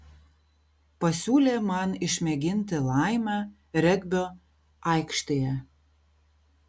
pasiūlė man išmėginti laimę regbio aikštėje